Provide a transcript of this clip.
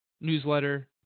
newsletter